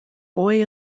boy